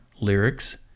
lyrics